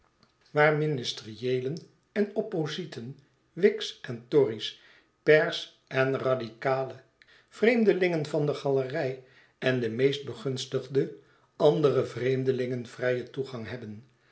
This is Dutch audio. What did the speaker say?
waar ministerieelen en oppositen whigs en tory's pairs en radicalen vreemdelingen van de galerij endemeest begunstigde andere vreemdelingen vrij en toegang hebben